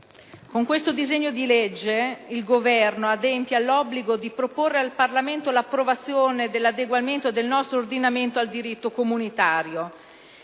con questo disegno di legge il Governo adempie all'obbligo di proporre al Parlamento l'approvazione dell'adeguamento del nostro ordinamento al diritto comunitario.